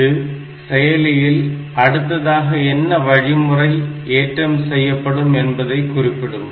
இது செயலியில் அடுத்ததாக என்ன வழிமுறை ஏற்றம் செய்யப்படும் என்பதை குறிப்பிடும்